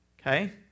Okay